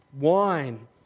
wine